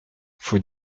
faut